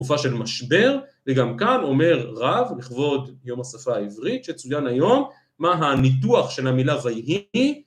‫תקופה של משבר, וגם כאן אומר רב, ‫לכבוד יום השפה העברית, ‫שצויין היום, מה הניתוח ‫של המילה ויהי...